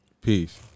Peace